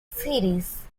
series